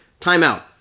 Timeout